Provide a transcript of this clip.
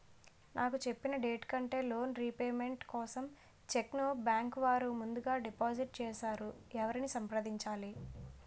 నాకు చెప్పిన డేట్ కంటే లోన్ రీపేమెంట్ కోసం చెక్ ను బ్యాంకు వారు ముందుగా డిపాజిట్ చేసారు ఎవరిని సంప్రదించాలి?